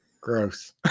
Gross